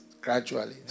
gradually